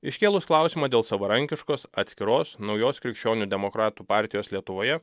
iškėlus klausimą dėl savarankiškos atskiros naujos krikščionių demokratų partijos lietuvoje